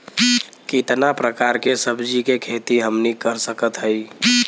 कितना प्रकार के सब्जी के खेती हमनी कर सकत हई?